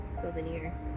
souvenir